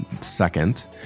second